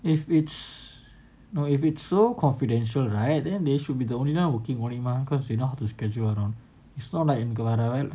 if it's no if it so confidential right then they should be the only one working on it mah cause you know how to schedule it's not like they know how they